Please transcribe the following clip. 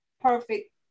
perfect